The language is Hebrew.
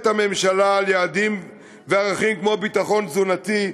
הממשלה על יעדים וערכים כמו ביטחון תזונתי,